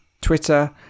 Twitter